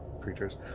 creatures